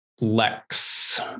Lex